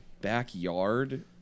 backyard